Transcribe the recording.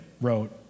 wrote